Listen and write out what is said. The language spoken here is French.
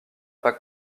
pas